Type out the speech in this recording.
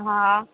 હા